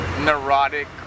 neurotic